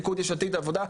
ליכוד עבודה,